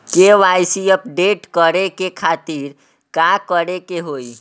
KYC update करे के खातिर का करे के होई?